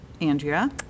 Andrea